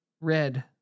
red